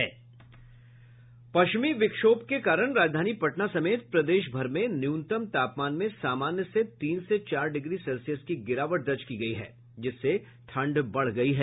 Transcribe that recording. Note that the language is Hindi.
पश्चिमी विक्षोभ के कारण राजधानी पटना समेत प्रदेशभर में न्यूनतम तापमान में सामान्य से तीन से चार डिग्री सेल्सियस की गिरावट दर्ज की गई है जिससे ठंड बढ़ गई है